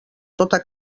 tota